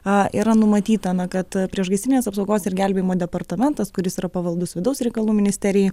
a yra numatyta na kad priešgaisrinės apsaugos ir gelbėjimo departamentas kuris yra pavaldus vidaus reikalų ministerijai